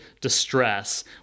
distress